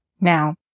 Now